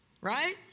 Right